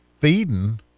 feeding